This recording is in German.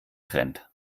trend